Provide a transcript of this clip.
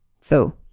So-